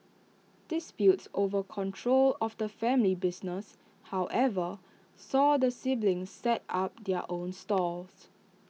disputes over control of the family business however saw the siblings set up their own stalls